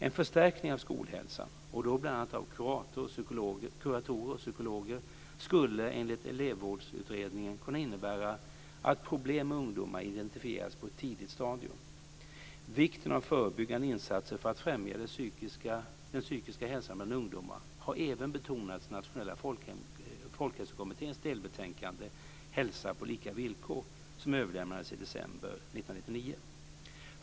En förstärkning av skolhälsan, och då bl.a. av kuratorer och psykologer, skulle enligt Elevvårdsutredningen kunna innebära att problem bland ungdomar identifieras på ett tidigare stadium. Vikten av förebyggande insatser för att främja den psykiska hälsan bland ungdomar har även betonats i Nationella folkhälsokommitténs delbetänkande 1999.